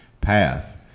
path